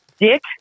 dick